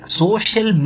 social